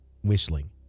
whistling